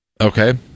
Okay